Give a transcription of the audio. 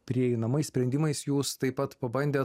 prieinamais sprendimais jūs taip pat pabandėt